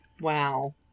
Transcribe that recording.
Wow